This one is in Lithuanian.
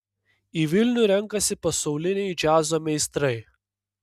į vilnių renkasi pasauliniai džiazo meistrai